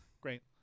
Great